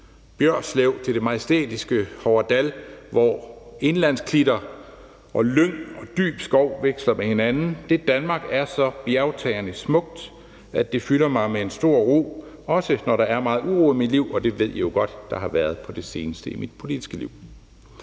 Bjørslev til det majestætiske Hoverdal, hvor indlandsklitter, lyng og dyb skov veksler med hinanden. Det Danmark er så bjergtagende smukt, at det fylder mig med en stor ro, også når der er meget uro i mit liv, og det ved I jo godt der har været på det seneste i mit politiske liv.